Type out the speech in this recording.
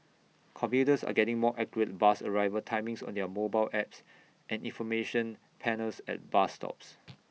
commuters are getting more accurate bus arrival timings on their mobile apps and information panels at bus stops